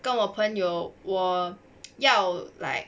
跟我朋友我要 like